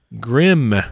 Grim